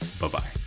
Bye-bye